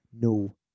no